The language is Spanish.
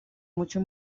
mucho